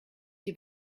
die